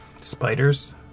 Spiders